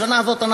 בשנה הזאת,